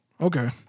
Okay